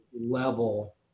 level